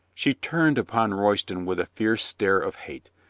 she turned upon royston with a fierce stare of hate,